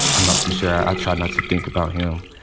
i'm not too sure. i try not to think about him.